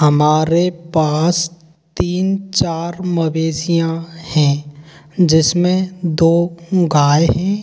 हमारे पास तीन चार मवेशियाँ हैं जिसमें दो गाय हैं